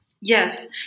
Yes